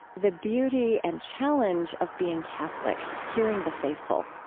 the beauty and challenge of being catholic hearing the faithful.